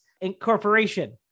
Incorporation